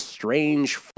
Strange